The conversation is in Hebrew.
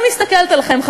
אני מסתכלת עליכם,